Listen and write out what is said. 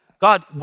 God